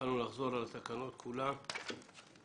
התחלנו לחזור על התקנות ומשרד החינוך,